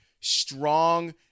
strong